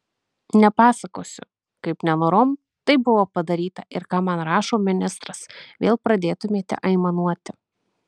nepasakosiu kaip nenorom tai buvo padaryta ir ką man rašo ministras vėl pradėtumėte aimanuoti